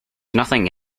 nothing